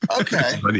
Okay